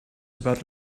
about